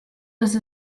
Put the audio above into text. les